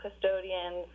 custodians